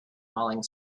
falling